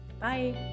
Bye